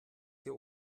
hier